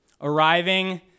Arriving